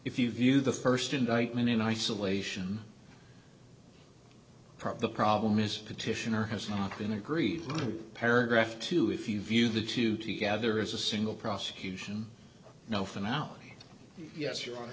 if you view the first indictment in isolation the problem is petitioner has not been agreed paragraph to if you view the two together is a single prosecution no phonology yes you're